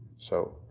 so,